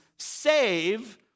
Save